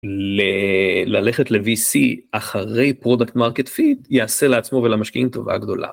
ללכת ל-VC אחרי Product Market Fit יעשה לעצמו ולמשקיעים טובה גדולה.